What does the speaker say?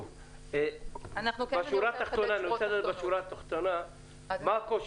אני רוצה לדעת את השורה התחתונה ומה הקושי.